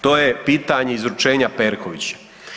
To je pitanje izručenja Perkovića.